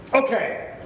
Okay